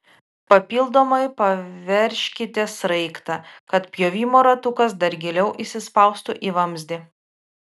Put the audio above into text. papildomai paveržkite sraigtą kad pjovimo ratukas dar giliau įsispaustų į vamzdį